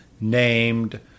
named